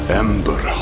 ember